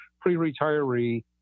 pre-retiree